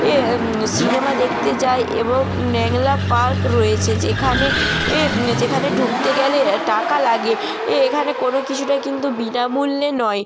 এ সিনেমা দেখতে যাই এবং ন্যাংলা পার্ক রয়েছে যেখানে এ যেখানে ঢুকতে গেলে টাকা লাগে এ এখানে কোনো কিছুটাই কিন্তু বিনামূল্যে নয়